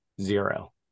Zero